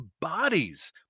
bodies